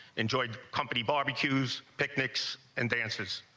enjoyed company, barbecues, picnics and dances.